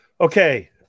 Okay